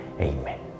Amen